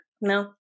No